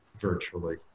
virtually